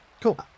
Cool